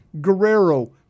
Guerrero